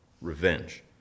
revenge